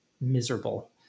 miserable